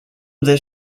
this